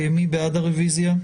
מי בעד הרביזיה?